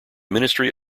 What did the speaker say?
ministry